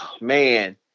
Man